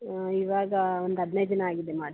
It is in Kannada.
ಹಾಂ ಇವಾಗ ಒಂದು ಹದಿನೈದು ದಿನ ಆಗಿದೆ ಮಾಡಿಸಿ